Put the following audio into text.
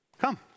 Come